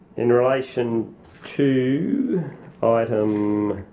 in relation to ah item